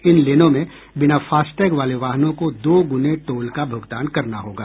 इन लेनों में बिना फास्टैग वाले वाहनों को दोगुने टोल का भुगतान करना होगा